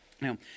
Now